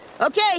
Okay